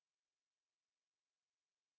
Merci